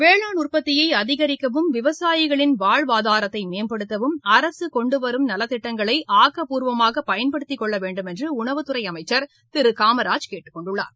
வேளாண் உற்பத்தியை அதிகரிக்கவும் விவசாயிகளின் வாழ்வாதாரத்தை மேம்படுத்தவும் அரசு கொண்டுவரும் நலத்திட்டங்களை ஆக்கப்பூர்வமாகப் பயன்படுத்திக் கொள்ள வேண்டும் என்று உணவுத் துறை அமைச்சர் திரு காமராஜ் கேட்டுக் கொண்டுள்ளார்